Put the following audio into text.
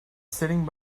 sitting